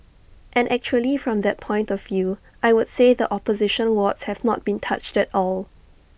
and actually from that point of view I would say the opposition wards have not been touched at all